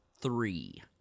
three